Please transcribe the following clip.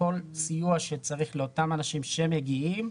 כל סיוע שצריך לאותם אנשים שמגיעים,